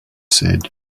said